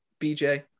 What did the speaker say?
BJ